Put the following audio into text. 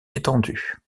étendues